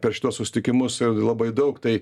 per šituos susitikimus labai daug tai